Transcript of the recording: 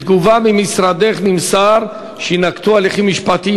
בתגובה ממשרדך נמסר שיינקטו הליכים משפטיים